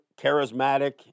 charismatic